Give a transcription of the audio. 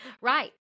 Right